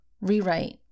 rewrite